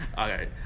Okay